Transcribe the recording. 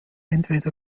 entweder